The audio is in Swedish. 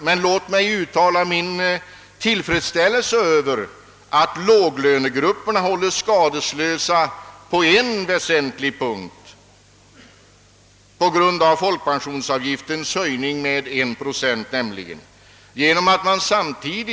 Men låt mig uttala min tillfredsställelse över att låglönegrupperna hålls skadelösa på en väsentlig punkt, nämligen i fråga om folkpensionsavgiftens höjning med 1 procent.